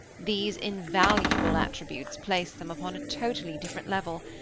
these invaluable attributes place them upon a totally different level.